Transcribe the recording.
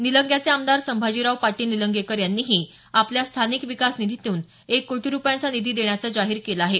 निलंग्याचे आमदार संभाजीराव पाटील निलंगेकर यांनीही आपल्या स्थानिक विकास निधीतून एक कोटी रुपयांचा निधी देण्याचं जाहीर केलं आहे